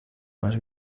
más